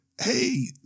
hey